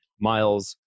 miles